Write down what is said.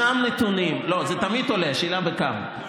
זה תמיד עולה, השאלה בכמה.